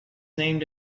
named